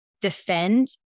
defend